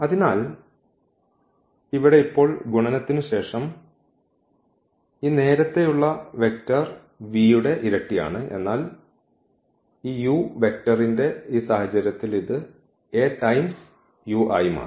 അതിനാൽ ഇവിടെ ഇപ്പോൾ ഗുണനത്തിനു ശേഷം ഈ നേരത്തെയുള്ള വെക്റ്റർ v യുടെ ഇരട്ടിയാണ് എന്നാൽ ഈ u വെക്റ്ററിന്റെ ഈ സാഹചര്യത്തിൽ ഇത് A ടൈംസ് u ആയി മാറി